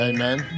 Amen